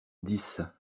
dix